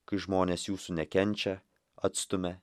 kai žmonės jūsų nekenčia atstumia